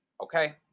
okay